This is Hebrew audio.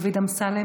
דוד אמסלם,